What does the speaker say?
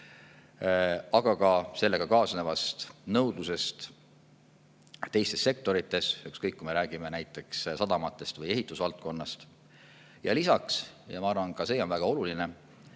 aga ka sellega kaasnevast nõudlusest teistes sektorites, ükskõik, kas me räägime näiteks sadamatest või ehitusvaldkonnast. Ja lisaks – ma arvan, et see on väga oluline